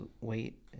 wait